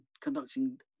conducting